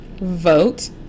vote